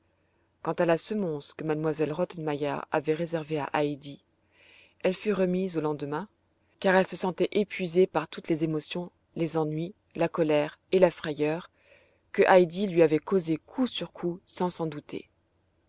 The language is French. quant à la semonce que m elle rottenmeier avait réservée à heidi elle fut remise au lendemain car elle se sentait épuisée par toutes les émotions les ennuis la colère et la frayeur que heidi avait causés coup sur coup sans s'en douter